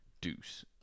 Deuce